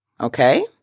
Okay